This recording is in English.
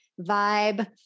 vibe